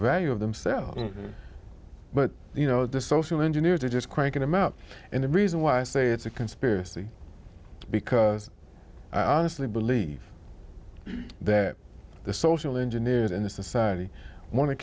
value of themselves but you know the social engineers are just cranking them out and the reason why i say it's a conspiracy because i honestly believe that the social engineers in the society want to